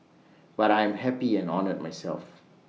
but I'm happy and honoured myself